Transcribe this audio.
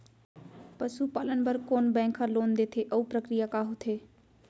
पसु पालन बर कोन बैंक ह लोन देथे अऊ प्रक्रिया का होथे?